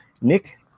Nick